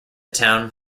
town